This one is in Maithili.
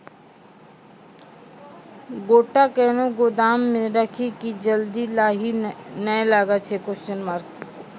गोटा कैनो गोदाम मे रखी की जल्दी लाही नए लगा?